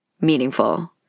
meaningful